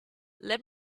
let